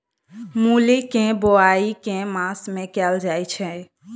मूली केँ बोआई केँ मास मे कैल जाएँ छैय?